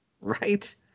right